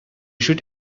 should